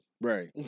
Right